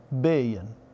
billion